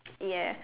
ya